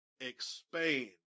Expand